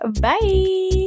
bye